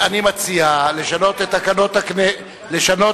אני מציע לשנות את תקנון הכנסת